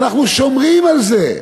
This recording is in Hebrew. אנחנו שומרים על זה,